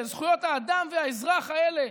לזכויות האדם והאזרח האלה,